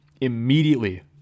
immediately